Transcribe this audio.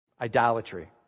Idolatry